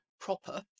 proper